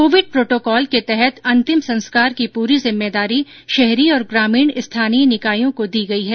Covid protocol के तहत अंतिम संस्कार की पूरी जिम्मेदारी शहरी और ग्रामीण स्थानीय निकायों को दी गई है